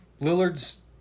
Lillard's